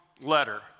letter